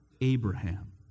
Abraham